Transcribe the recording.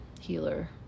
healer